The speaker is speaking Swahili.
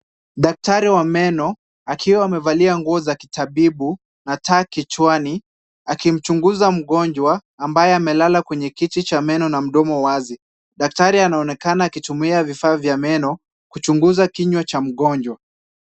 Daktari wa meno, akiwa amevalia nguo za kitabibu na taa kichwani, akimchunguza mgojwa ambaye amelala kwenye kiti cha meno na mdomo wazi. Daktari anaonekana akitumia vifaa vya meno kuchunguza kinywa cha mgonjwa.